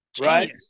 right